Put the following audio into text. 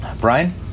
Brian